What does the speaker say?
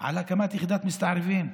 על הקמת יחידת מסתערבים,